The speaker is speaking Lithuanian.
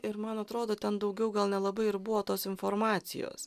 ir man atrodo ten daugiau gal nelabai ir buvo tos informacijos